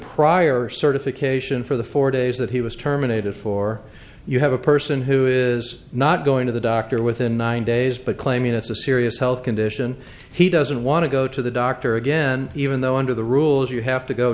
prior certification for the four days that he was terminated for you have a person who is not going to the doctor within nine days but claiming it's a serious health condition he doesn't want to go to the doctor again even though under the rules you have to go